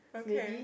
okay